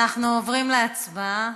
אנחנו עוברים להצבעה.